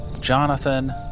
Jonathan